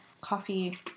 coffee